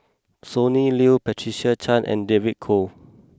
Sonny Liew Patricia Chan and David Kwo